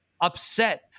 upset